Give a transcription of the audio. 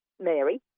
Mary